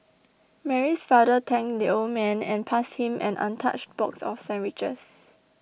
Mary's father thanked the old man and passed him an untouched box of sandwiches